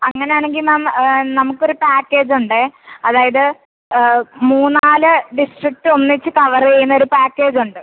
അങ്ങനെ ആണെങ്കിൽ മാം നമുക്ക് ഒരു പാക്കേജ് ഉണ്ട് അതായത് മൂന്നാല് ഡിസ്ട്രിക്ട് ഒന്നിച്ച് കവറ് ചെയ്യുന്ന ഒരു പാക്കേജുണ്ട്